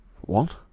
What